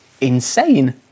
insane